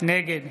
נגד